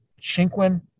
Chinquin –